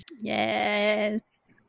Yes